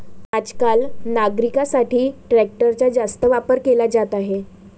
आजकाल नांगरणीसाठी ट्रॅक्टरचा जास्त वापर केला जात आहे